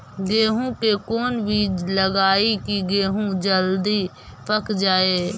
गेंहू के कोन बिज लगाई कि गेहूं जल्दी पक जाए?